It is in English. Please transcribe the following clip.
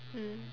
mm